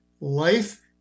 Life